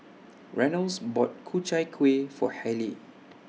Reynolds bought Ku Chai Kuih For Hayleigh